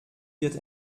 wird